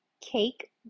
cake